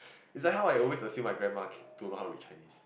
is that how I always assume my grandma don't know to read Chinese